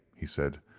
he said.